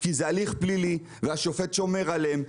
כי זה הליך פלילי והשופט שומר עליהם.